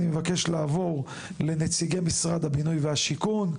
אני רוצה לעבור למשרד הבינוי והשיכון,